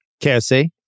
KSC